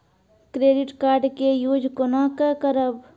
Credit card के use कोना के करबऽ?